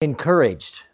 encouraged